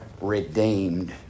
redeemed